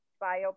bio